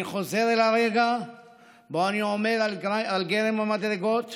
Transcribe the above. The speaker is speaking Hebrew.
אני חוזר אל הרגע שבו אני עומד על גרם המדרגות